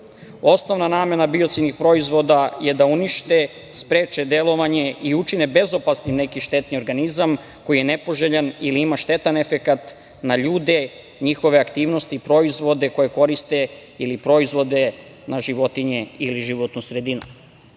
namena biocidnih proizvoda je da unište, spreče delovanje i učine bezopasnim neki štetni organizam koji je nepoželjan ili ima štetan efekat na ljude, njihove aktivnosti, proizvode koje koriste ili proizvode na životinje ili životnu sredinu. Biocidni